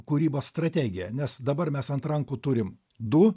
kūrybos strategija nes dabar mes ant rankų turim du